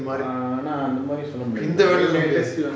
ஆனா அந்த மாரி சொல்ல முடியாது என்ட:aana antha maari solla mudiyathu enda